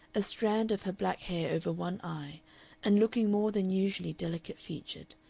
a strand of her black hair over one eye and looking more than usually delicate-featured,